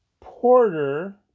Porter